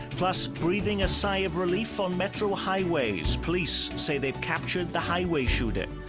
plus breathing a sigh of relief on metro highways. police say they've captured the highway shooter.